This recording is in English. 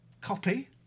copy